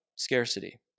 Scarcity